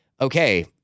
Okay